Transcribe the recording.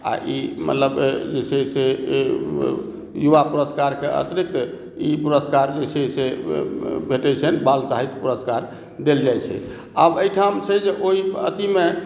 आ ई मतलब जे छै से युवा पुरस्कारके अतिरिक्त ई पुरस्कार जे छै से भेटैत छनि बाल साहित्य पुरस्कार देल जाइत छै आब एहिठाम छै जे ओहि अथीमे